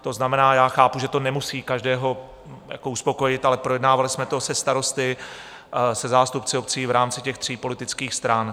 To znamená, chápu, že to nemusí každého uspokojit, ale projednávali jsme to se starosty, se zástupci obcí v rámci těch tří politických stran.